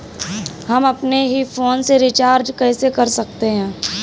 हम अपने ही फोन से रिचार्ज कैसे कर सकते हैं?